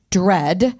dread